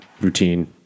routine